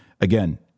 Again